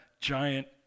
giant